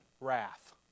Wrath